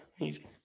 Easy